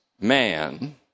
man